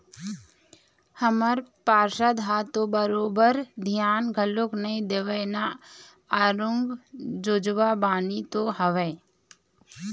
हमर पार्षद ह तो बरोबर धियान घलोक नइ देवय ना आरुग जोजवा बानी तो हवय